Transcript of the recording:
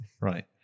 Right